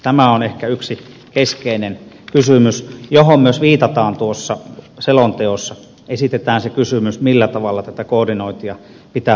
tämä on ehkä yksi keskeinen kysymys johon myös viitataan tuossa selonteossa esitetään se kysymys millä tavalla tätä koordinointia pitää parantaa